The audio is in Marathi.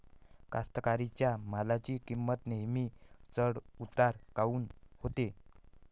कास्तकाराइच्या मालाची किंमत नेहमी चढ उतार काऊन होते?